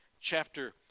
chapter